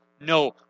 No